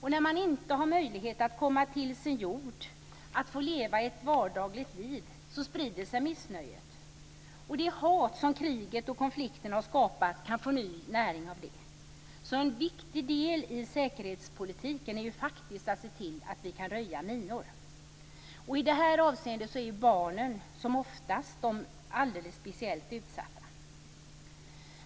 När man inte har möjlighet att komma till sin jord, att få leva ett vardagligt liv, sprider sig missnöjet. Det hat som kriget och konflikterna har skapat kan få ny näring av det. En viktig del i säkerhetspolitiken är därför att se till att vi kan röja minor. I det avseendet är barnen, som oftast, de alldeles speciellt utsatta.